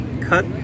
cut